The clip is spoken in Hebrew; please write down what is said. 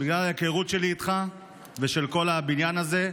בגלל ההיכרות שלי איתך ושל כל הבניין הזה,